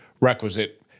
requisite